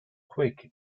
quick